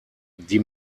die